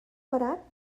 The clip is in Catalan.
parat